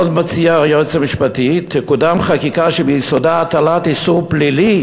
עוד מציע היועץ המשפטי: "תקודם חקיקה שביסודה הטלת איסור פלילי